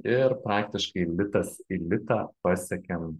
ir praktiškai litas į litą pasiekėm